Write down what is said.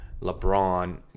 lebron